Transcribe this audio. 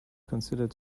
considered